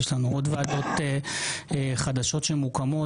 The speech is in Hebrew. יש לנו עוד ועדות חדשות שמוקמות,